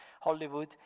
Hollywood